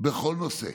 בכל נושא.